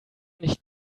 nicht